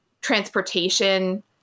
transportation